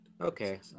Okay